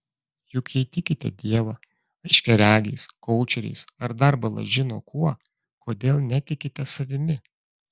juk jei tikite dievą aiškiaregiais koučeriais ar dar bala žino kuo kodėl netikite savimi